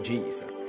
Jesus